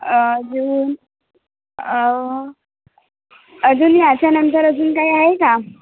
अजून अजून याच्यानंतर अजून काही आहे का